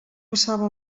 passava